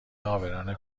عابران